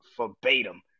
verbatim